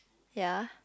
ya